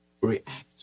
react